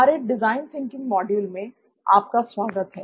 हमारे design thinking module मैं आपका स्वागत है